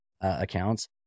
accounts